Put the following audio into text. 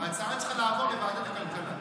ההצעה צריכה לעבור לוועדת הכלכלה.